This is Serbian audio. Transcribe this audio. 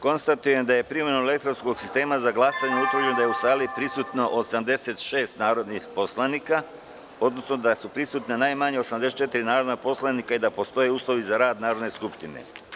Konstatujem da je primenom elektronskog sistema za glasanje utvrđeno da je u sali prisutno 86 narodnih poslanika, odnosno da su prisutna najmanje 84 narodna poslanika i da postoje uslovi za rad Narodne skupštine.